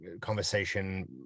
conversation